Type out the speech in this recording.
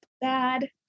bad